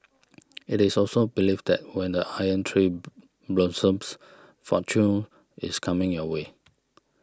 it is also believed that when the Iron Tree blossoms fortune is coming your way